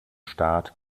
staat